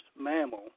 mammal